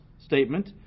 statement